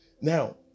Now